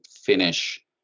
finish